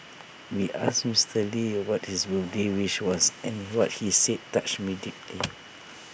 we asked Mister lee what his birthday wish was and what he said touched me deeply